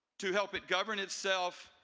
to help it govern itself,